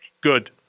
Good